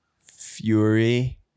Fury